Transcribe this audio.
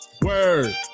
Word